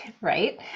Right